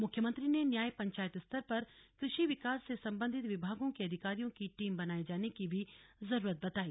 मुख्यमंत्री ने न्याय पंचायत स्तर पर कृषि विकास से संबंधित विभागों के अधिकारियों की टीम बनाये जाने की भी जरूरत बतायी